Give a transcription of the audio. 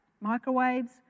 microwaves